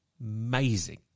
amazing